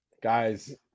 Guys